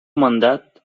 mandat